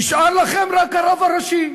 נשאר לכם רק הרב הראשי.